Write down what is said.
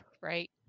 right